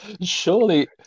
Surely